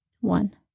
one